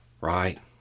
Right